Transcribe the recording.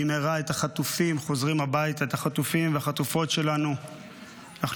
במהרה את החטופים ואת החטופות שלנו חוזרים הביתה.